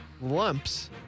lumps